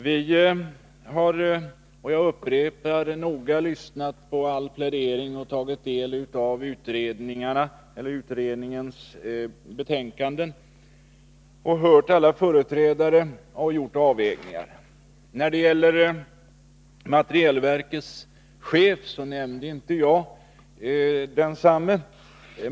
Vi har, och jag upprepar det, noga lyssnat på all plädering, tagit del av utredningens betänkanden, hört alla företrädare och gjort avvägningar. När det gäller materielverkets chef nämnde jag inte densamme.